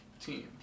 team